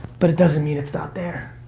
but it doesn't mean it's not there.